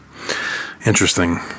Interesting